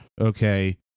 okay